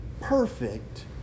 perfect